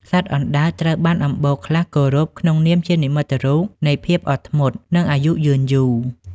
សត្វអណ្តើក ត្រូវបានអំបូរខ្លះគោរពក្នុងនាមជានិមិត្តរូបនៃភាពអត់ធ្មត់ និងអាយុយឺនយូរ។